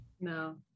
no